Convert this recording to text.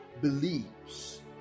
believes